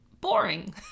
boring